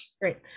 Great